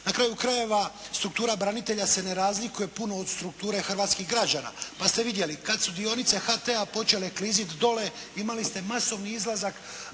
Na kraju krajeva struktura branitelja branitelja se ne razlikuje puno od strukture hrvatskih građana. Pa ste vidjeli kad su dionice HT-a počele kliziti dole imali ste masovni izlazak